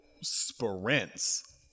sprints